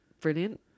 brilliant